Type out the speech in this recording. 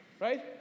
Right